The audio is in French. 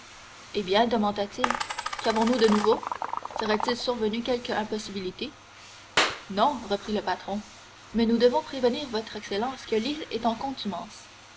eh bien demanda-t-il qu'avons-nous de nouveau serait-il survenu quelque impossibilité non reprit le patron mais nous devons prévenir votre excellence que l'île est en contumace